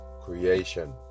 creation